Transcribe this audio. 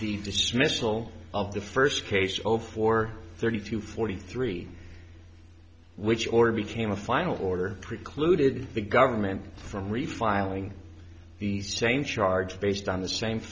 the dismissal of the first case over four thirty to forty three which or became a final order precluded the government from refiling the same charge based on the same